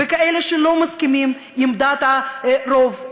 בכאלה שלא מסכימים לדעת הרוב,